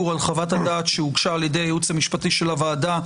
על חוות-הדעת שהוגשה על ידי הייעוץ המשפטי של הוועדה,